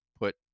put